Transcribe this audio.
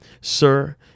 sir